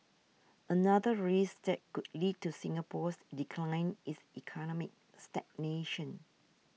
another risk that could lead to Singapore's decline is economic stagnation